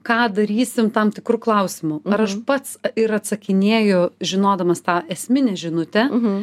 ką darysim tam tikru klausimu ar aš pats ir atsakinėju žinodamas tą esminę žinutę